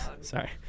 Sorry